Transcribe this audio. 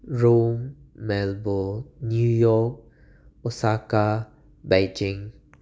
Rome Melbourne New York Osaka Beijing